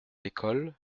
l’école